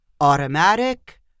automatic